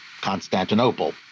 constantinople